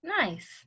nice